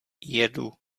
jedu